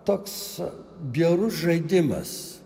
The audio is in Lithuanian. toks bjaurus žaidimas